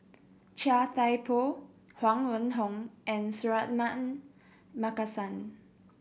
Chia Thye Poh Huang Wenhong and Suratman Markasan